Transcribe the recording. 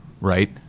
right